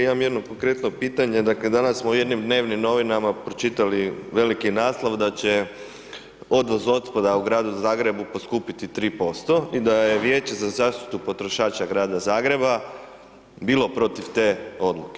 Imam jedno konkretno pitanje, dakle danas smo u jednim dnevnim novinama pročitali veliki naslov da će odvoz otpada u gradu Zagrebu poskupiti 3% i da je Vijeće za zaštitu potrošača grada Zagreba bilo protiv te odluke.